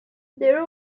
there